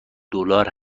دلار